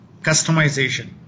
customization